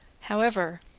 however,